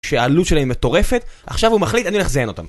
שהעלות שלהם היא מטורפת, עכשיו הוא מחליט, אני הולך לזיין אותם.